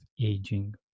aging